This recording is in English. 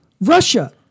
Russia